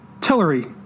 Tillery